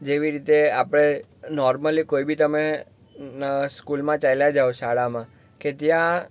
જેવી રીતે આપણે નૉર્મલી કોઈ બી તમે સ્કૂલમાં ચાલ્યા જાઓ શાળામાં કે ત્યાં